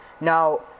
Now